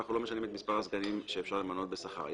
ואנחנו לא משנים את מספר הסגנים שאפשר למנות בשכר.